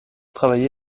travaillé